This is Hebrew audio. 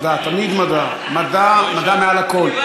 מדע, תמיד מדע, מדע מעל הכול.